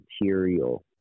material